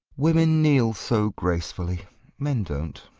women kneel so gracefully men don't.